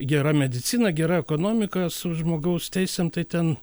gera medicina gera ekonomika su žmogaus teisėm tai ten